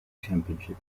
championship